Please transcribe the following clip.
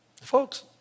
folks